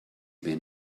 been